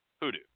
hoodoo